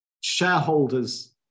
shareholders